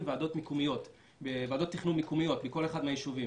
ועדות תכנון מקומיות בכל אחד מהיישובים.